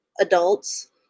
adults